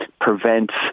prevents